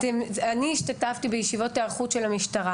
אני השתתפתי בישיבות היערכות של המשטרה